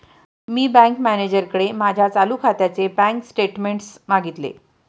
मी bank मॅनेजरकडे माझ्या चालू खात्याचे बँक स्टेटमेंट्स मागितले